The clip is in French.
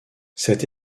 cette